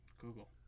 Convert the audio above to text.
Google